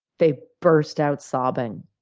they burst out sobbing.